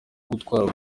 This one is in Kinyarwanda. gutwara